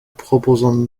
proposons